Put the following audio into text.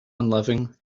unloving